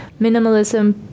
minimalism